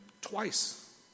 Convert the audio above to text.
twice